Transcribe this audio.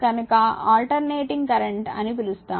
కనుక alternating current అని పిలుస్తారు